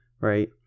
right